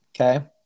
Okay